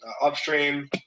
Upstream